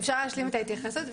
אפשר להשלים את ההתייחסות?